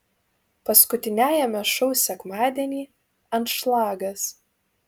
paskutiniajame šou sekmadienį anšlagas